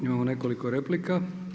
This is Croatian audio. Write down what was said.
Imamo nekoliko replika.